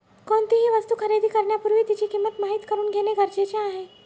कोणतीही वस्तू खरेदी करण्यापूर्वी तिची किंमत माहित करून घेणे गरजेचे आहे